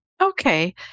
okay